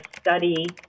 study